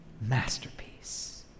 masterpiece